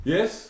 Yes